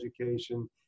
education